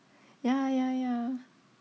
ya ya ya